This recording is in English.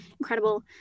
incredible